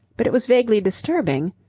but it was vaguely disturbing.